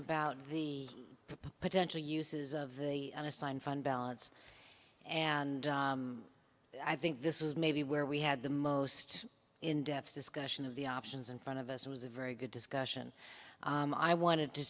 about the potential uses of the unassigned fund balance and i think this is maybe where we had the most in depth discussion of the options in front of us it was a very good discussion i wanted to